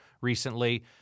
recently